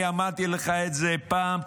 אני אמרתי לך את זה פעם,